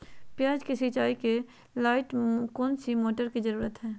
प्याज की सिंचाई के लाइट कौन सी मोटर की जरूरत है?